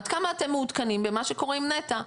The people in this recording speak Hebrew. עד כמה אתם מעודכנים במה שקורה עם נת"ע,